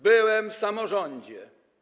Byłem w samorządzie.